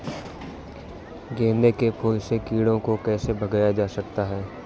गेंदे के फूल से कीड़ों को कैसे भगाया जा सकता है?